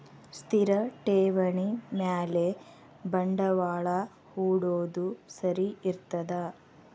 ಸ್ಥಿರ ಠೇವಣಿ ಮ್ಯಾಲೆ ಬಂಡವಾಳಾ ಹೂಡೋದು ಸರಿ ಇರ್ತದಾ?